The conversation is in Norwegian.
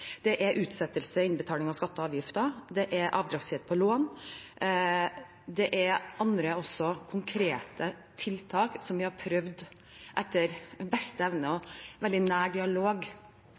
det er reiselivsmomsen, det er utsettelse av innbetaling av skatter og avgifter, det er avdragsfrihet på lån, det er også andre konkrete tiltak som vi etter beste evne og i veldig nær dialog